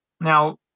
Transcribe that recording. now